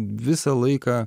visą laiką